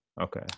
okay